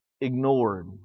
Ignored